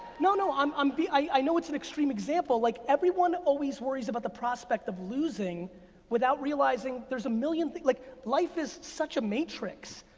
no, no, i'm um being, i know it's an extreme example. like everyone always worries about the prospect of losing without realizing there's a million things, like life is such a matrix.